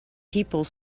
people